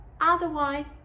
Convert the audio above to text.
Otherwise